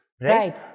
right